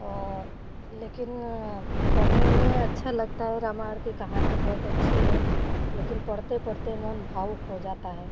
और लेकिन पढ़ने में अच्छा लगता है रामायण की कहानी बहुत अच्छी है लेकिन पढ़ते पढ़ते मन भावुक हो जाता है